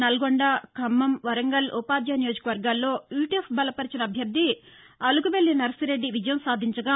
నల్గొండ ఖమ్మం వరంగల్ ఉపాధ్యాయ నియోజకవర్గంలో యూటీఎఫ్ బలపర్చిన అభ్యర్ది అలుగుజెల్లి నర్సిరెడ్డి విజయం సాధించగా